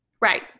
Right